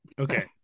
Okay